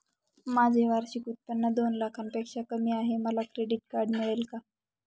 माझे वार्षिक उत्त्पन्न दोन लाखांपेक्षा कमी आहे, मला क्रेडिट कार्ड मिळेल का?